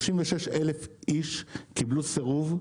36,000 איש קיבלו סירוב,